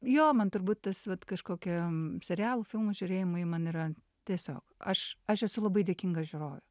jo man turbūt tas vat kažkokiam serialų filmų žiūrėjimui man yra tiesiog aš aš esu labai dėkinga žiūrovė